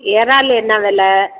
இறால் என்ன வில